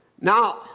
Now